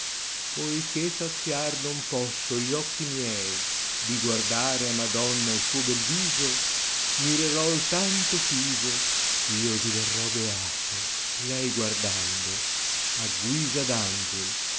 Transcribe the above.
oichè saziar non posso gli oechi miei di guardare a madonna il sao bel riso mirerol tanto fiso gh io di terrò beato lei guardando a guisa